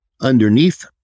underneath